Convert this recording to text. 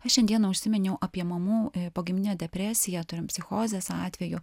aš šiandieną užsiminiau apie mamų pogimdyminę depresiją turim psichozės atvejų